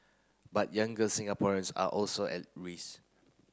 but younger Singaporeans are also at risk